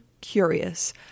curious